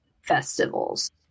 festivals